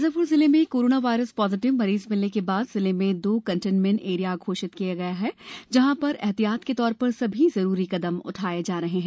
शाजापुर जिले में corona virus positive मरीज मिलने के बाद जिले में दो कंटेनमेंट एरिया घोषित किए गए हैं जहां पर एहतियात के तौर पर सभी जरूरी कदम उठाए जा रहे हैं